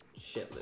shitless